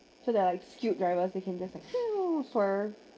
so there're like skilled drivers they can just like swerve